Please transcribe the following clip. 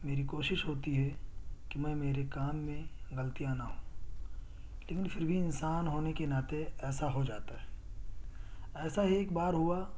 میری کوشش ہوتی ہے کہ میں میرے کام میں غلطیاں نہ ہوں لیکن پھر بھی انسان ہونے کے ناطے ایسا ہو جاتا ہے ایسا ہی ایک بار ہوا